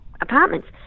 apartments